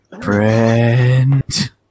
friend